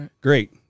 Great